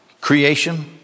creation